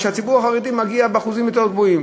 שהציבור החרדי מגיע באחוזים יותר גבוהים,